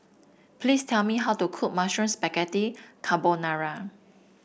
please tell me how to cook Mushroom Spaghetti Carbonara